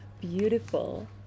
Beautiful